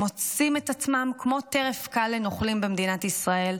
מוצאים את עצמם כמו טרף קל לנוכלים במדינת ישראל.